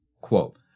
quote